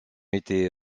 été